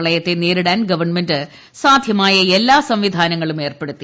പ്രളയത്തെ നേരിടാൻ ഗവൺമെന്റ് സാധ്യമായ എല്ലാ സംവിധാനങ്ങളും ഏർപ്പെടുത്തി